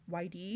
YD